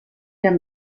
der